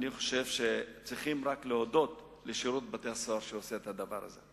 ואני חושב שצריך רק להודות לשירות בתי-הסוהר שעושה את זה.